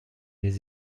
lès